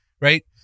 right